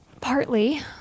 Partly